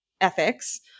ethics